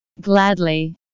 Gladly